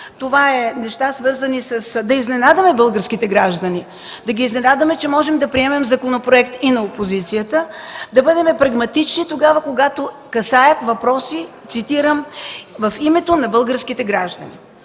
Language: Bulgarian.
Това са неща, свързани с „да изненадаме българските граждани, да ги изненадаме, че можем да приемем законопроект и на опозицията, да бъдем прагматични тогава, когато касаят въпроси, цитирам: „в името на българските граждани”.”